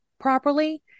properly